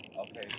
okay